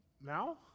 Now